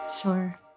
sure